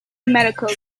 medical